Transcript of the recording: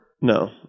no